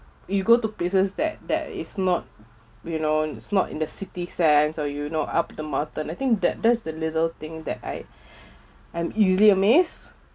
you go to places that that is not you know it's not in the city sense or you know up the mountain I think that there's the little thing that I am easily amaze